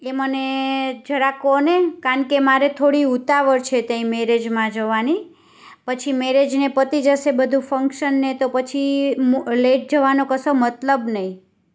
એ મને જરા કહોને કારણ કે મારે થોડી ઉતાવળ છે તે ત્યાં મેરેજમાં જવાની પછી મેરેજને પતી જશે બધું ફંગશન ને તો પછી લેટ જવાનો કશો મતલબ નથી